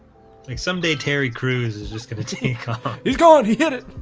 like some day terry crews is just gonna take he's going he hit